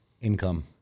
Income